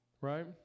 right